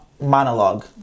monologue